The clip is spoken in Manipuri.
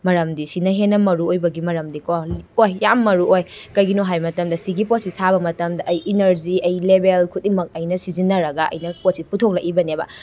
ꯃꯔꯝꯗꯤ ꯁꯤꯅ ꯍꯦꯟꯅ ꯃꯔꯨ ꯑꯣꯏꯕꯒꯤ ꯃꯔꯝꯗꯤꯀꯣ ꯑꯣꯏ ꯌꯥꯝ ꯃꯔꯨ ꯑꯣꯏ ꯀꯔꯤꯒꯤꯅꯣ ꯍꯥꯏꯕ ꯃꯇꯝꯗ ꯁꯤꯒꯤ ꯄꯣꯠꯁꯤ ꯁꯥꯕ ꯃꯇꯝꯗ ꯑꯩꯒꯤ ꯏꯅꯔꯖꯤ ꯑꯩꯒꯤ ꯂꯦꯕꯦꯜ ꯈꯨꯗꯤꯡꯃꯛ ꯑꯩꯅ ꯁꯤꯖꯤꯟꯅꯔꯒ ꯑꯩꯅ ꯄꯣꯠꯁꯤ ꯄꯨꯊꯣꯛꯂꯛꯂꯤꯕꯅꯤꯅꯦꯕ